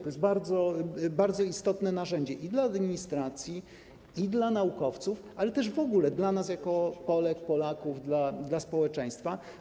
To jest bardzo istotne narzędzie: i dla administracji, i dla naukowców, ale też w ogóle dla nas jako Polek, Polaków, dla społeczeństwa.